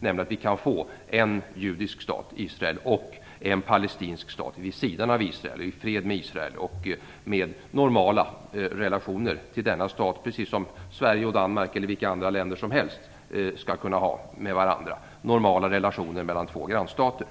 Nu kan vi få en judisk stat, Israel, och en palestinsk stat vid sidan av Israel, i fred med Israel och med normala relationer till denna stat, precis som Sverige och Danmark eller vilka andra länder som helst skall kunna ha normala relationer med varandra. Det handlar om normala relationer mellan två grannstater.